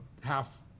half